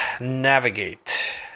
navigate